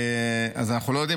אנחנו לא יודעים,